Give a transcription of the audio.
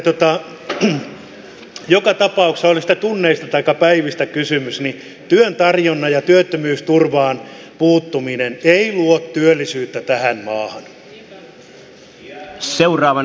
joka tapauksessa oli sitten tunneista taikka päivistä kysymys työn tarjontaan ja työttömyysturvaan puuttuminen ei luo työllisyyttä tähän maahan